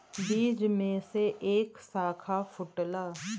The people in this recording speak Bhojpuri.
बीज में से एक साखा फूटला